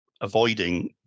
avoiding